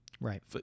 Right